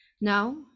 now